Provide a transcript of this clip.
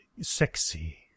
sexy